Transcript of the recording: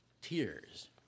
Tears